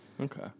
Okay